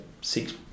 six